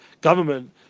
government